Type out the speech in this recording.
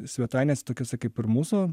svetainėse tokiose kaip ir mūsų